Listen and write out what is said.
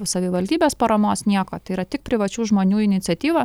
savivaldybės paramos nieko tai yra tik privačių žmonių iniciatyva